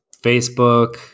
Facebook